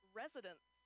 residents